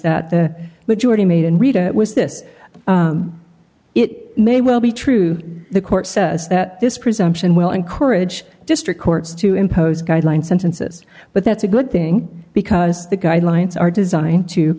that the majority made and rita was this it may well be true the court says that this presumption will encourage district courts to impose guidelines sentences but that's a good thing because the guidelines are designed to